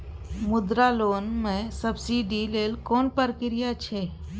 मुद्रा लोन म सब्सिडी लेल कोन प्रक्रिया छै?